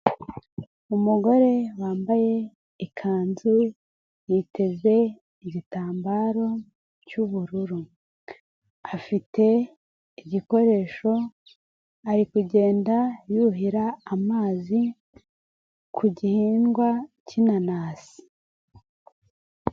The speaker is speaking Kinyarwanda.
Umugore wambaye ikanzu, yiteze igitambaro cy'ubururu, afite igikoresho ari kugenda yuhira amazi ku gihingwa k'inanasi.